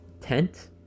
tent